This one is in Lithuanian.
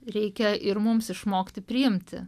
reikia ir mums išmokti priimti